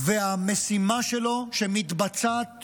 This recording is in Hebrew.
והמשימה שלו, שמתבצעת